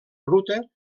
ruta